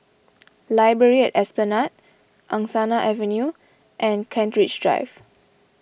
Library at Esplanade Angsana Avenue and Kent Ridge Drive